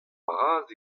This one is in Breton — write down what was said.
bras